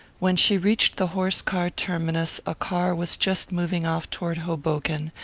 when she reached the horse-car terminus a car was just moving off toward hoboken,